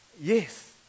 Yes